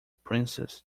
princess